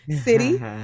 city